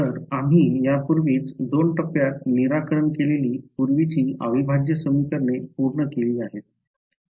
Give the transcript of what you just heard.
तर आम्ही यापूर्वीच 2 टप्प्यात निराकरण केलेली पूर्वीची अविभाज्य समीकरणे पूर्ण केली आहेत